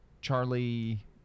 Charlie